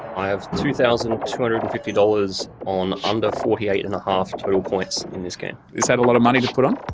i have two thousand two hundred and fifty dollars on under forty eight and a half total points in this game. is that a lot of money to put on?